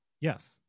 Yes